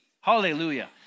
Hallelujah